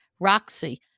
Roxy